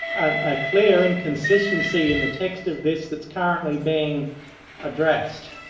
a clear and consistency in the text of this that's currently being addressed.